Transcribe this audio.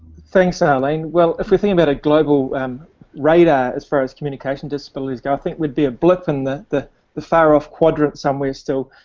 thanks, arlene. well, if we think about a global um radar as far as communication disabilities, i ah think would be a blip in the the the far off quadrant some where still,